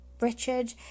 Richard